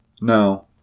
No